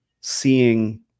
seeing